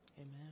Amen